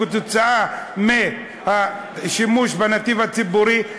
כתוצאה מהשימוש בנתיב הציבורי,